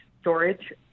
storage